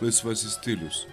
laisvasis stilius